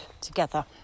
together